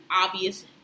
obvious